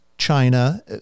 China